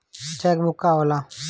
Check book का होला?